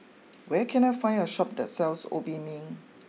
where can I find a Shop that sells Obimin